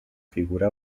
figura